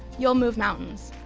you'll move mountains.